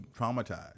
traumatized